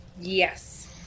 Yes